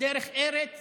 דרך ארץ